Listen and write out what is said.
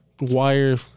Wire